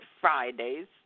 Fridays